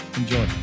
enjoy